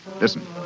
Listen